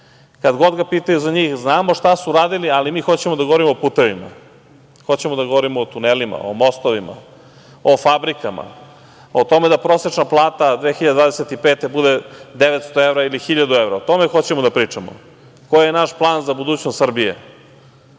Kada god ga pitaju za njih, znamo šta su radili, ali mi hoćemo da govorimo o putevima, hoćemo da govorimo o tunelima, o mostovima, o fabrikama, o tome da prosečna plata 2025. godine bude 900 evra ili 1.000 evra. O tome hoćemo da pričamo, koji je naš plan za budućnost Srbije. Mi